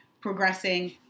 progressing